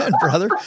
brother